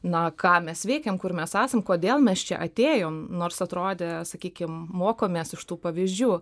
na ką mes veikiam kur mes esam kodėl mes čia atėjom nors atrodė sakykim mokomės iš tų pavyzdžių